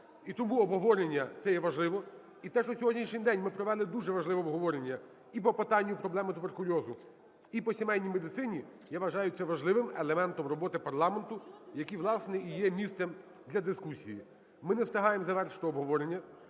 І тому обговорення це є важливо. І те, що сьогоднішній день ми провели дуже важливе обговорення і по питанню проблеми туберкульозу, і по сімейній медицині, я вважаю це важливим елементом роботи парламенту, який, власне, і є місцем для дискусії. Ми не встигаємо завершити обговорення.